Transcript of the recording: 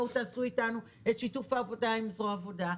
תעשו אתנו את שיתוף העבודה עם זרוע העבודה,